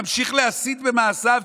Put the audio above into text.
ממשיך להסית במעשיו,